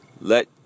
let